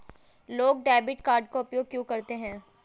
लोग debit card का उपयोग क्यों करते हैं?